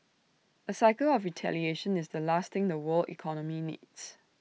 A cycle of retaliation is the last thing the world economy needs